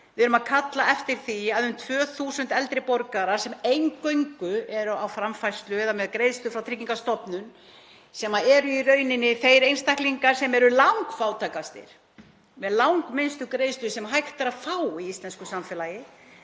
Við erum að kalla eftir því að um 2.000 eldri borgarar sem eingöngu eru á framfærslu eða með greiðslur frá Tryggingastofnun, sem eru í rauninni þeir einstaklingar sem eru langfátækastir, með langminnstu greiðslur sem hægt er að fá í íslensku samfélagi,